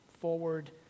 forward